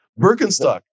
Birkenstock